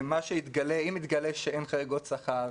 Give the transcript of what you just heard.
אם יתגלה שאין חריגות שכר,